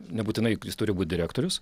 nebūtinai jis turi būt direktorius